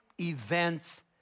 Events